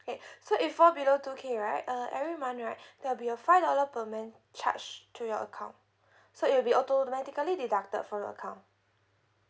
okay so if fall below two K right uh every month right there'll be a five dollar per month charge to your account so it will be automatically deducted from your account